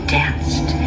danced